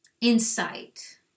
insight